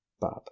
Bob